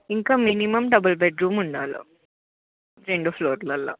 ఇంకా minimum double bedroom ఉండాలి రెండు ఫ్లోర్లలో